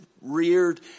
reared